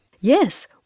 Yes